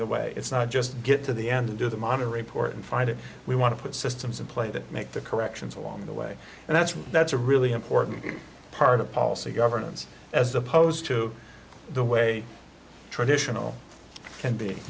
the way it's not just get to the end do the moderate port and find it we want to put systems in place that make the corrections along the way and that's why that's a really important part of policy governance as opposed to the way traditional can be